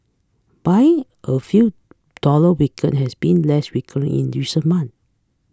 buying of you dollar weaken has been less frequent in recent month